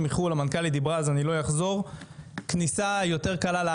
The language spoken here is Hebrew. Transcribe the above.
כניסה יותר קלה למדינת ישראל של טאלנטים,